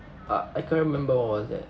uh I can't remember what was that